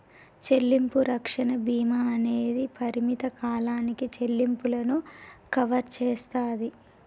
చెల్లింపు రక్షణ భీమా అనేది పరిమిత కాలానికి చెల్లింపులను కవర్ చేస్తాది